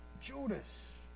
Judas